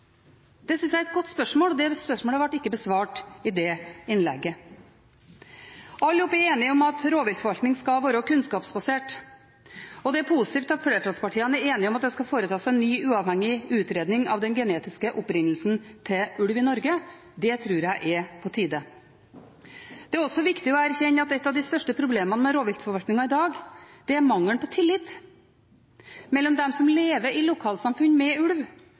Det synes jeg er et godt spørsmål, og det spørsmålet ble ikke besvart i det innlegget. Alle er enige om at rovviltforvaltning skal være kunnskapsbasert. Det er positivt at flertallspartiene er enige om at det skal foretas en ny, uavhengig utredning av den genetiske opprinnelsen til ulv i Norge. Det tror jeg er på tide. Det er også viktig å erkjenne at et av de største problemene med rovviltforvaltningen i dag er mangelen på tillit mellom dem som lever i lokalsamfunn med ulv,